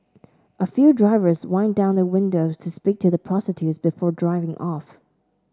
a few drivers wind down their windows to speak to the prostitutes before driving off